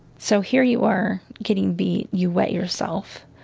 so here you are getting beat. you wet yourself.